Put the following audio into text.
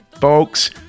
Folks